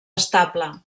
estable